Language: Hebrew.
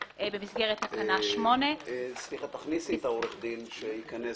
במסגרת תקנה 8. תכניסי את העורך דין שייכנס,